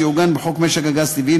שיעוגן בחוק משק הגז הטבעי,